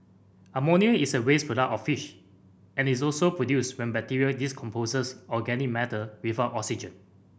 ammonia is a waste product of fish and is also produced when bacteria decomposes organic matter without oxygen